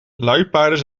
luipaarden